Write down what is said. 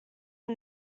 are